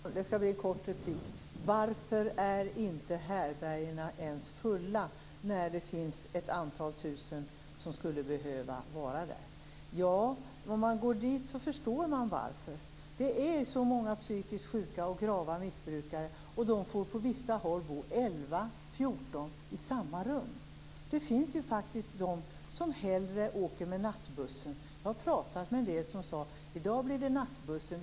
Fru talman! Det skall bli en kort replik. Varför är inte härbärgena ens fulla när det finns ett antal tusen som skulle behöva vara där? Om man går dit förstår man varför. Det är så många psykiskt sjuka och grava missbrukare där. På vissa håll får de bo 11-14 personer i samma rum. Det finns faktiskt de som hellre åker med nattbussen. Jag har pratat med en del som sade: "I dag blir det nattbussen.